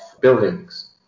buildings